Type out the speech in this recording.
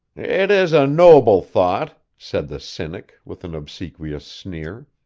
it is a noble thought said the cynic, with an obsequious sneer.